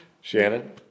Shannon